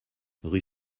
rue